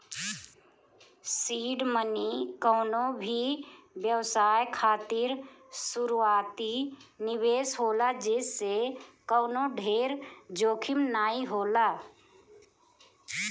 seed money कवनो भी व्यवसाय खातिर शुरूआती निवेश होला जेसे कवनो ढेर जोखिम नाइ होला